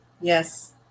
Yes